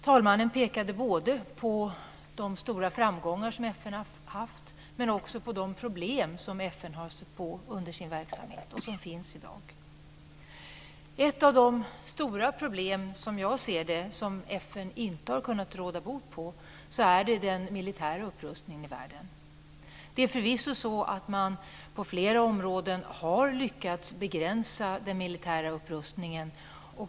Talmannen pekade på de stora framgångar som FN har haft men också på de problem som FN har stött på i sin verksamhet och som finns i dag. Ett av de stora problemen, som jag ser saken, som FN inte har kunnat råda bot på är den militära upprustningen i världen. Förvisso har man på flera områden lyckats begränsa den militära upprustningen.